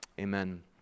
Amen